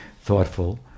thoughtful